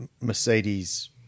Mercedes